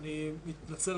אני מתנצל